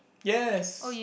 yes